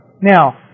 Now